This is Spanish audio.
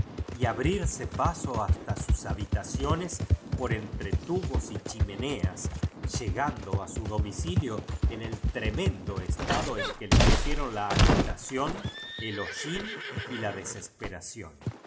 y abrirse paso hasta sus habitaciones por entre tubos y chimeneas llegando a su domicilio en el tremendo estado en que le pusieron la agita ción el hollín y la desesperación